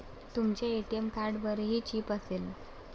तुमच्या ए.टी.एम कार्डवरही चिप असेल